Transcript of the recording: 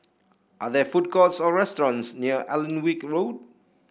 are there food courts or restaurants near Alnwick Road